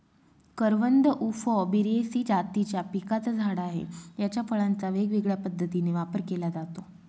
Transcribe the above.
करवंद उफॉर्बियेसी जातीच्या पिकाचं झाड आहे, याच्या फळांचा वेगवेगळ्या पद्धतीने वापर केला जातो